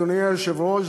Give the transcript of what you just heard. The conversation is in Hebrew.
אדוני היושב-ראש,